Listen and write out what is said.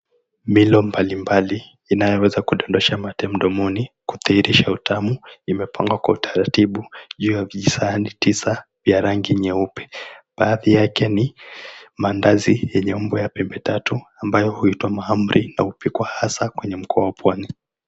Milo mbali mbali inayoveza kudodosha mate mdomoni kudhihirisha utamu. Imepangwa kwa utaratibu juu ya visahani tisa vya rangi nyeupe. Baadhi yake ni mandazi yenye umbo ya pembe tatu huitwa mahamri na hupikwa hasa kwenye mkoa wa Pwani.